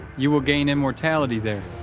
you will gain immortality there,